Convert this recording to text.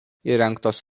įrengtos